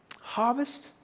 Harvest